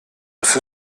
muss